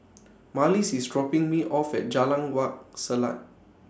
Marlys IS dropping Me off At Jalan Wak Selat